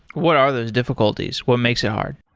what are those difficulties? what makes it hard?